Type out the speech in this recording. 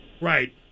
Right